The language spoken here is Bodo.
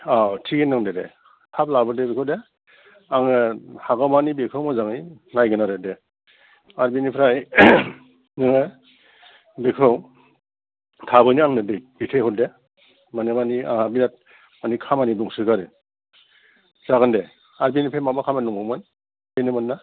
औ थिगैनो दं दे दे थाब लाबोदो बेखौ दे आङो हागौ मानि बेखौ मोजाङै नायगोन आरो दे आर बेनिफ्राय नोङो बेखौ थाबैनो आंनो दै दैथायहरदो मानो मानि आंहा बिरात मानि खामानि दंसोगारो जागोन दे आर बेनिफ्राय माबा खामानि दंबावोमोन बेनोमोन ना